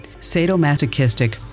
sadomasochistic